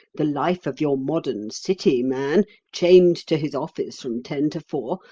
the life of your modern city man, chained to his office from ten to four,